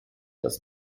das